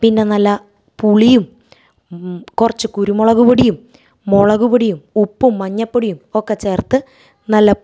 പിന്നെ നല്ല പുളിയും കുറച്ച് കുരുമുളക് പൊടിയും മുളകുപൊടിയും ഉപ്പും മഞ്ഞൾപ്പൊടിയും ഒക്കെ ചേർത്ത് നല്ല